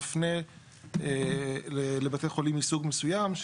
מפנה לבתי חולים מסוג מסוים,